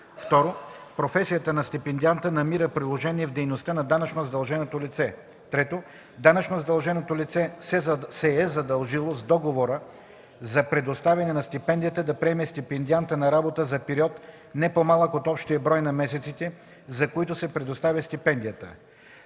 2. професията на стипендианта намира приложение в дейността на данъчно задълженото лице; 3. данъчно задълженото лице се е задължило с договора за предоставяне на стипендията да приеме стипендианта на работа за период, не по-малък от общия брой на месеците, за които се предоставя стипендията.